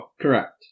correct